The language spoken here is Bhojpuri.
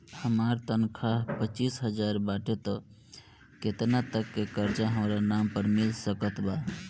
हमार तनख़ाह पच्चिस हज़ार बाटे त केतना तक के कर्जा हमरा नाम पर मिल सकत बा?